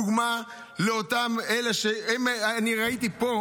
דוגמה לאותם אלה שראיתי פה,